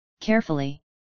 carefully